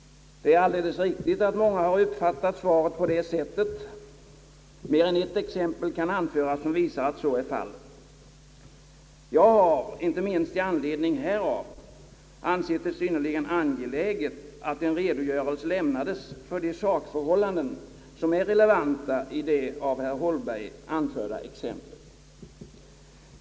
Det är alldeles riktigt att många har uppfattat saken på det sättet. Mer än ett exempel kan anföras som visar att så är fallet. Jag har inte minst i anledning härav ansett det synnerligen angeläget att en redogörelse lämnades för de sakförhållanden som är relevanta i det av herr Holmberg anförda exemplet.